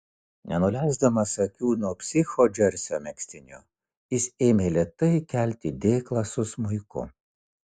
nenuleisdamas akių nuo psicho džersio megztiniu jis ėmė lėtai kelti dėklą su smuiku